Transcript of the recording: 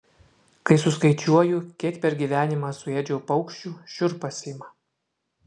kai suskaičiuoju kiek per gyvenimą suėdžiau paukščių šiurpas ima